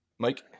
Mike